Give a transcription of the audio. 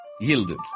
yielded